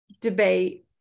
debate